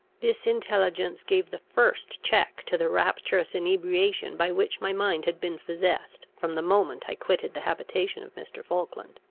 this intelligence gave the first check to the rapturous inebriation by which my mind had been possessed from the moment i quitted the habitation of mr. falkland.